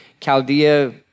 Chaldea